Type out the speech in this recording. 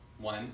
One